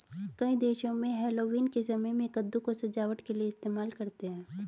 कई देशों में हैलोवीन के समय में कद्दू को सजावट के लिए इस्तेमाल करते हैं